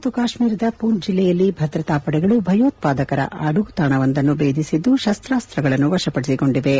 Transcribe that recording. ಜಮ್ಮ ಮತ್ತು ಕಾಶ್ಮೀರದ ಪೂಂಚ್ ಜಿಲ್ಲೆಯಲ್ಲಿ ಭದ್ರತಾ ಪಡೆಗಳು ಭಯೋತ್ವಾದಕರ ಅಡಗುತಾಣವೊಂದನ್ನು ಭೇದಿಸಿದ್ದು ಶಸ್ತಾಸ್ತಗಳನ್ನು ವಶಪಡಿಸಿಕೊಂಡಿವೆ